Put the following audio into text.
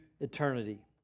eternity